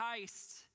heist